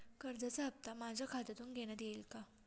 कर्जाचा हप्ता माझ्या खात्यातून घेण्यात येईल का?